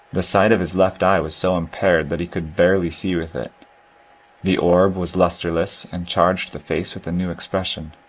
the sight of his left eye was so impaired that he could barely see with it the orb was lustreless and charged the face with a new expression.